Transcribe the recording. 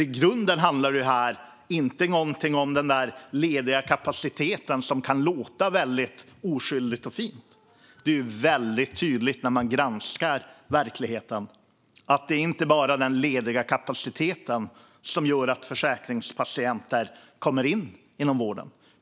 I grunden handlar ju det här inte om någon ledig kapacitet. Det kan låta väldigt oskyldigt och fint, men det blir tydligt när man granskar verkligheten att det inte bara är ledig kapacitet som gör att försäkringspatienter får vård.